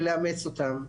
ולאמץ אותם.